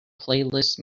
playlist